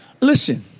Listen